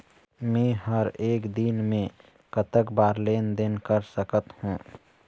मे हर एक दिन मे कतक बार लेन देन कर सकत हों?